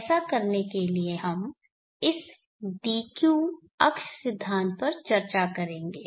ऐसा करने के लिए हम इस d q अक्ष सिद्धांत पर चर्चा करेंगे